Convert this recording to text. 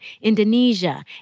Indonesia